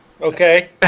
Okay